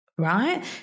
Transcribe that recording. Right